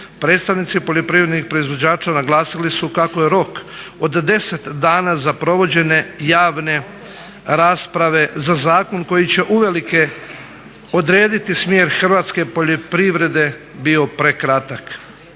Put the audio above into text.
Predstavnici poljoprivrednih proizvođača naglasili su kako je rok od 10 dana za provođenje javne rasprave za zakon koji će uvelike odrediti smjer hrvatske poljoprivrede bio prekratak.